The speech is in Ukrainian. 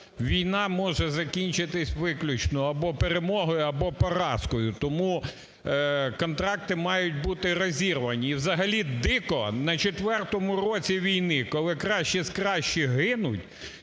Війна може закінчитись виключно або перемогою, або поразкою. Тому контракти мають бути розірвані. І взагалі дико на четвертому році війни, коли кращі з кращих гинуть,